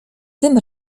tym